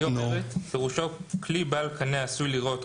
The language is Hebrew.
היא אומרת: "פירושו כלי בעל קנה העשוי לירות כדור,